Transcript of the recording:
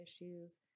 issues